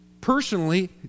personally